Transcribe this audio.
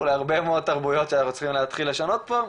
להרבה מאוד תרבותיות שאנחנו צריכים להתחיל לשנות פה,